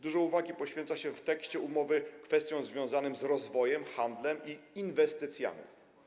Dużo uwagi poświęca się w tekście umowy kwestiom związanym z rozwojem, handlem i inwestycjami.